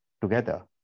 together